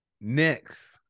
next